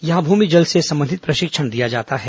यहां भूमि जल से संबंधित प्रशिक्षण दिया जाता है